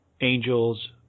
angels